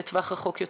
לטווח רחוק יותר.